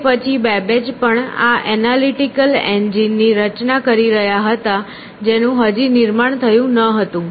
તે પછી બેબેજ પણ આ એનાલિટિકલ એન્જિન ની રચના કરી રહ્યા હતા જેનું હજી નિર્માણ થયું ન હતું